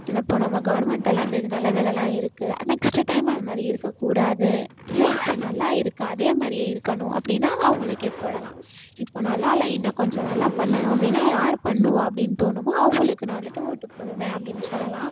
இப்போ நம்ம கவர்மெண்ட்டெல்லாம் இந்த இது நிலமைலலாம் இருக்குது நெக்ஸ்ட்டு டைம் அந்த மாதிரி இருக்கக்கூடாது இல்லை இப்போ நல்லா இருக்கா அதே மாதிரியே இருக்கணும் அப்படின்னா அவங்களுக்கே போடலாம் இப்போ நல்லாயில்ல இன்னும் கொஞ்சம் நல்லா பண்ணணும் அப்படின்னா யார் பண்ணுவார் அப்படின்னு தோணுமோ அவங்களுக்கு நான் வந்துட்டு ஓட்டு போடுவேன் அப்படின்னு சொல்லலாம்